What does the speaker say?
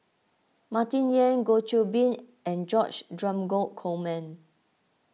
Martin Yan Goh Qiu Bin and George Dromgold Coleman